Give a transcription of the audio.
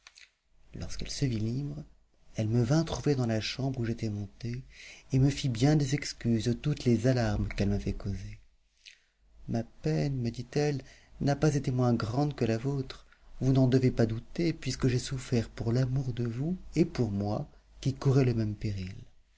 lorsqu'elle se vit libre elle me vint trouver dans la chambre où j'étais monté et me fit bien des excuses de toutes les alarmes qu'elle m'avait causées ma peine me dit-elle n'a pas été moins grande que la vôtre vous n'en devez pas douter puisque j'ai souffert pour l'amour de vous et pour moi qui courais le même péril